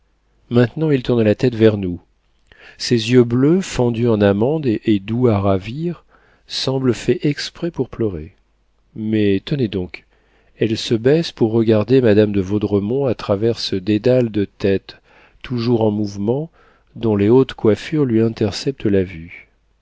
maintenant elle tourne la tête vers nous ses yeux bleus fendus en amande et doux à ravir semblent faits exprès pour pleurer mais tenez donc elle se baisse pour regarder madame de vaudremont à travers ce dédale de têtes toujours en mouvement dont les hautes coiffures lui interceptent la vue